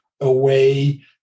away